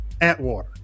Atwater